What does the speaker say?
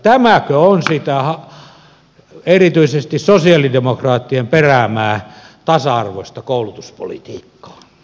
tämäkö on sitä erityisesti sosialidemokraattien peräämää tasa arvoista koulutuspolitiikkaa